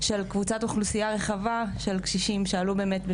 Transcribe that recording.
בדיוק האוכלוסייה שעליה אנחנו מדברים.